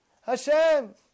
Hashem